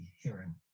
hearing